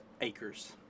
Acres